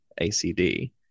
ACD